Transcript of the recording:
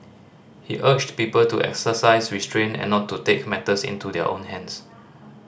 he urged people to exercise restraint and not to take matters into their own hands